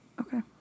Okay